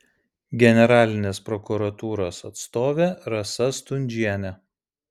generalinės prokuratūros atstovė rasa stundžienė